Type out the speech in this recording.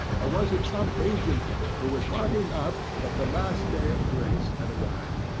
or was it some agent who was marking up that the last day of grace had arrived.